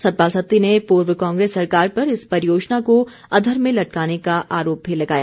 सतपाल सत्ती ने पूर्व कांग्रेस सरकार पर इस परियोजना को अधर में लटकाने का आरोप भी लगाया